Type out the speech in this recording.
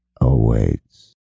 Awaits